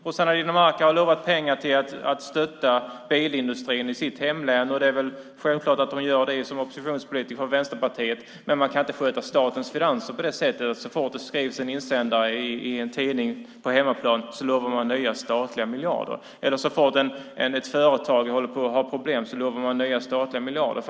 Rossana Dinamarca har lovat pengar till att stötta bilindustrin i sitt hemlän, och det är självklart att hon gör det som oppositionspolitiker från Vänsterpartiet. Men man kan inte sköta statens finanser på det sättet att man så fort det skrivs en insändare i en tidning på hemmaplan lovar nya statliga miljarder, eller att man så fort ett företag har problem lovar nya statliga miljarder.